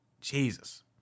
Jesus